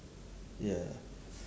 ya